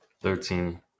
Thirteen